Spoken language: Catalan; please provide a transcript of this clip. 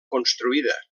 construïda